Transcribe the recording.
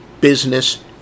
business